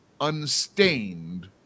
unstained